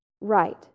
right